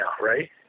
right